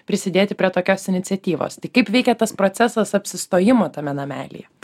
prisidėti prie tokios iniciatyvos tai kaip veikia tas procesas apsistojimo tame namelyje